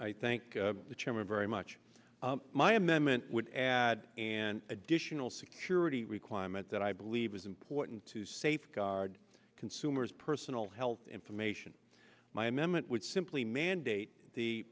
i thank the chairman very much my amendment would add an additional security requirement that i believe is important to safeguard consumers personal health information my m m it would simply mandate the